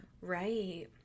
right